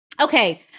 Okay